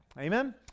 Amen